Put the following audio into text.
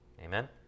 Amen